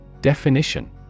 Definition